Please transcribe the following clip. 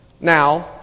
Now